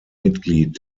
mitglied